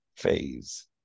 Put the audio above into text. Phase